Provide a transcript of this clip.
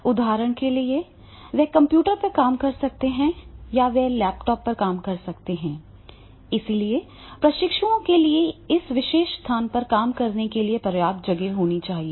उदाहरण के लिए वे कंप्यूटर पर काम कर सकते हैं या वे लैपटॉप पर काम कर सकते हैं इसलिए प्रशिक्षुओं के लिए इस विशेष स्थान पर काम करने के लिए पर्याप्त जगह होगी